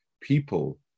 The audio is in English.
people